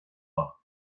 maith